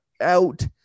out